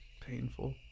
painful